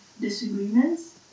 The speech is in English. disagreements